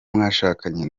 mwashakanye